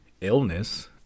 illness